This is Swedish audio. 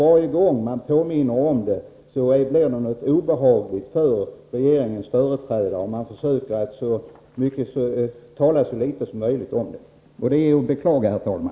Varje gång någon påminner om detta blir det obehagligt för regeringens företrädare, som försöker tala så litet som möjligt om det hela. Detta är att beklaga, herr talman.